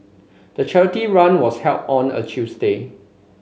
the charity run was held on a Tuesday